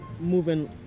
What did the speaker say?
moving